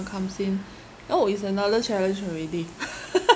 comes in oh is another challenge already